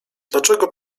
dlaczego